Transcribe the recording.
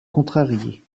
contrarié